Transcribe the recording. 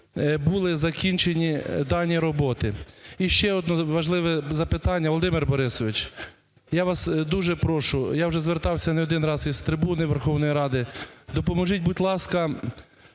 були закінчені дані роботи. І ще одне важливе запитання. Володимир Борисович, я вас дуже прошу, я вже звертався не один раз із трибуни Верховної Ради, допоможіть, будь ласка,